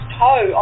toe